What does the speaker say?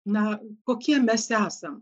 na kokie mes esam